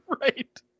right